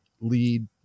lead